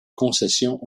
concessions